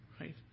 Right